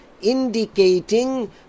indicating